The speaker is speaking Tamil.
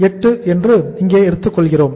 8 என்று இங்கே எடுத்துக் கொள்கிறோம்